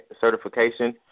certification